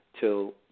till